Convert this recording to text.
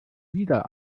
wieder